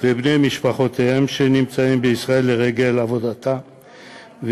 ובני משפחותיהם שנמצאים בישראל לרגל עבודתם,